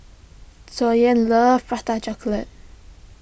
Dwyane loves Prata Chocolate